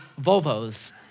Volvos